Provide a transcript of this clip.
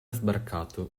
sbarcato